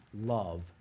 Love